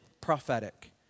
prophetic